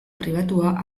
pribatua